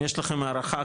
אם יש לכם הערכה,